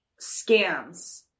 Scams